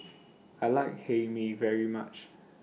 I like Hae Mee very much